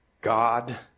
God